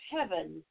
heaven